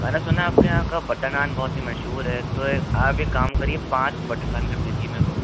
मैंने सुना आपके यहाँ का बटर नान बहुत ही मशहूर है तो आप एक काम करिए पाँच बटर नान कर दीजिए मेर को